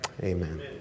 Amen